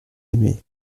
aimé